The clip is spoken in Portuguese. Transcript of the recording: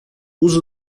uso